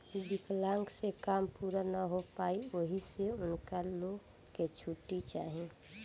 विकलांक से काम पूरा ना हो पाई ओहि से उनका लो के छुट्टी चाही